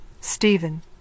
Stephen